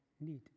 need